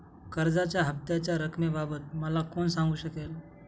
कर्जाच्या हफ्त्याच्या रक्कमेबाबत मला कोण सांगू शकेल?